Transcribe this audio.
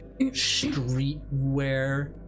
streetwear